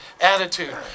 attitude